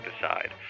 decide